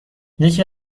یکی